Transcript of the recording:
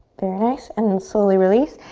very nice and then slowly release.